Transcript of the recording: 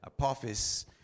Apophis